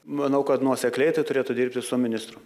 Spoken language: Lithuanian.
manau kad nuosekliai tai turėtų dirbti su ministru